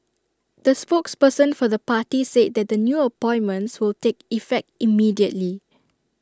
the spokesperson for the party said that the new appointments will take effect immediately